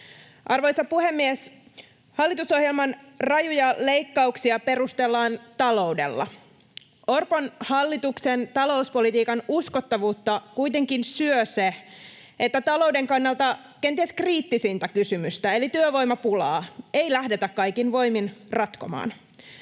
Arvoisa puhemies! Hallitusohjelman rajuja leikkauksia perustellaan taloudella. Orpon hallituksen talouspolitiikan uskottavuutta kuitenkin syö se, että talouden kannalta kenties kriittisintä kysymystä eli työvoimapulaa ei lähdetä kaikin voimin ratkomaan.